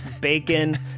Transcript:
bacon